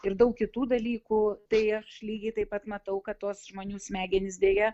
ir daug kitų dalykų tai aš lygiai taip pat matau kad tos žmonių smegenys deja